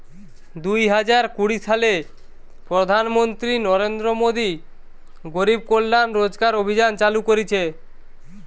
দুই হাজার কুড়ি সালে প্রধান মন্ত্রী নরেন্দ্র মোদী গরিব কল্যাণ রোজগার অভিযান চালু করিছে